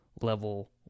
level